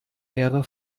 ehre